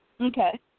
Okay